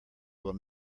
will